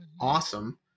Awesome